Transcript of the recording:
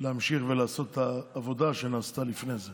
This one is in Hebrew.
להמשיך לעשות את העבודה שנעשתה לפני זה